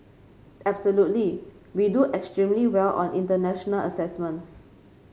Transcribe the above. absolutely we do extremely well on international assessments